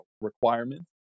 requirements